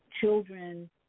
children